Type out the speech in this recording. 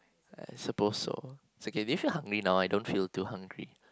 I suppose so is okay do you feel hungry now I don't feel too hungry